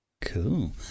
Cool